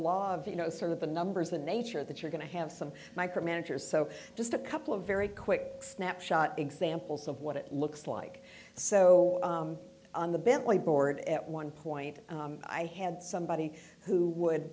of you know sort of the numbers the nature that you're going to have some micromanagers so just a couple of very quick snapshot examples of what it looks like so on the bentley board at one point i had somebody who would